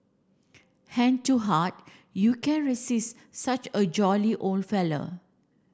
hand to heart you can resist such a jolly old fellow